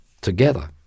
together